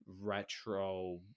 retro